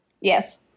Yes